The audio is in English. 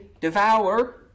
devour